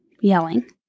yelling